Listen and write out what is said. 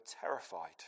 terrified